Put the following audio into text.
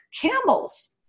camels